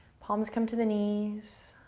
palms come to the knees.